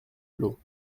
flots